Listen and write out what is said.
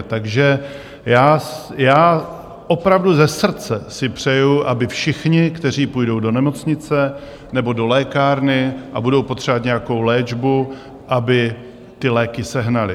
Takže já opravdu ze srdce si přeju, aby všichni, kteří půjdou do nemocnice nebo do lékárny a budou potřebovat nějakou léčbu, aby ty léky sehnali.